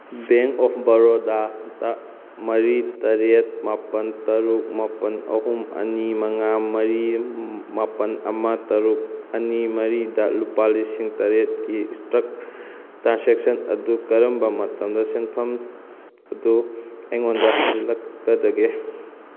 bank of ꯕꯔꯣꯗꯥꯗ ꯃꯔꯤ ꯇꯔꯦꯠ ꯃꯥꯄꯜ ꯇꯔꯨꯛ ꯃꯥꯄꯜ ꯑꯍꯨꯝ ꯑꯅꯤ ꯃꯉꯥ ꯃꯔꯤ ꯃꯥꯄꯜ ꯑꯃ ꯇꯔꯨꯛ ꯑꯅꯤ ꯃꯔꯤꯗ ꯂꯨꯄꯥ ꯂꯤꯁꯤꯡ ꯇꯔꯦꯠꯀꯤ ꯏꯁꯇ꯭ꯔꯛ ꯇ꯭ꯔꯥꯟꯁꯦꯛꯁꯟ ꯑꯗꯨ ꯀꯔꯝꯕ ꯃꯇꯝꯗ ꯁꯦꯟꯐꯝ ꯑꯗꯨ ꯑꯩꯉꯣꯟꯗ ꯍꯟꯖꯜꯂꯛꯀꯗꯒꯦ